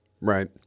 Right